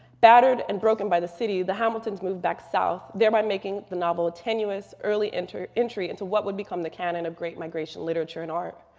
battered and broken by the city, the hamiltons moved back south, thereby making the novel a tenuous early entry into what would become the canon of great migration literature and art.